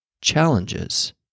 challenges